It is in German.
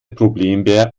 problembär